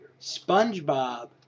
SpongeBob